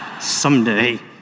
Someday